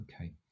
Okay